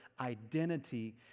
identity